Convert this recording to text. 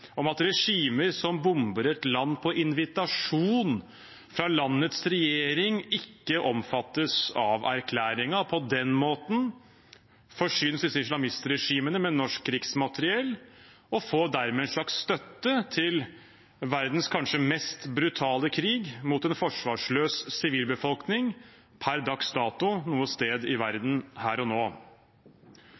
om at regimer som bomber et land på invitasjon fra landets regjering, ikke omfattes av erklæringen. På den måten forsynes disse islamistregimene med norsk krigsmateriell, og får dermed en slags støtte til det som per dags dato kanskje er verdens mest brutale krig mot en forsvarsløs sivilbefolkning noe sted i verden, her og nå.